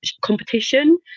competition